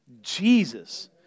Jesus